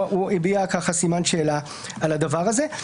הוא הביע סימן שאלה על הדבר הזה.